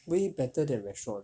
way better than restaurant